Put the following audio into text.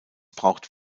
braucht